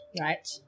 Right